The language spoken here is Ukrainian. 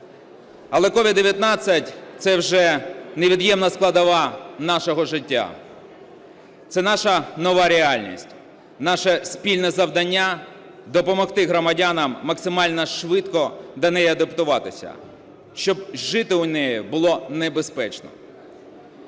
Але COVID-19 – це вже невід'ємна складова нашого життя, це наша нова реальність. Наше спільне завдання – допомогти громадянам максимально швидко до неї адаптуватися, щоб жити у ній було безпечно.